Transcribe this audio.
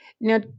Now